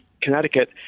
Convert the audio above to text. Connecticut